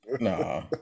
Nah